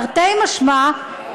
תרתי משמע,